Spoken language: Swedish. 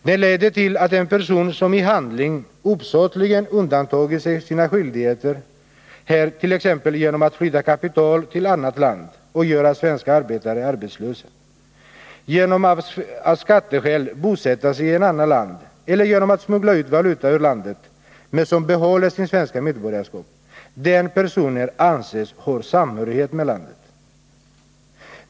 Den leder till att en person som i handling uppsåtligen undandragit sig sina skyldigheter här, t.ex. genom att flytta kapital till annat land och göra svenska arbetare arbetslösa, genom att av skatteskäl bosätta sig i annat land eller genom att smuggla ut valuta ur landet, men som behåller sitt svenska medborgarskap, 103 den personen anses ha samhörighet med landet.